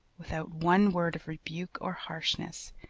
without one word of rebuke or harshness,